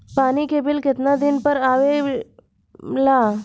पानी के बिल केतना दिन पर आबे ला?